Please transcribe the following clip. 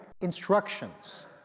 Instructions